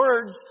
words